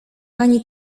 pani